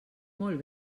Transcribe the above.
molt